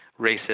racist